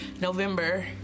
November